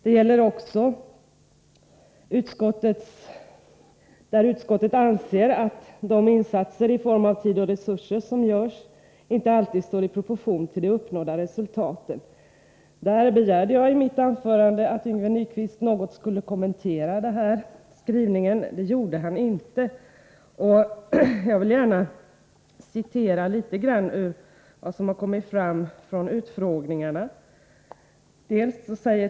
Det gäller också uttalandet att utskottet anser att de insatser i form av tid och resurser som görs inte alltid står i proportion till de uppnådda resultaten. Jag begärde i mitt anförande att Yngve Nyquist något skulle kommentera denna skrivning, men det gjorde han inte. Jag vill gärna citera litet av vad som har kommit fram vid utskottsutfrågningarna.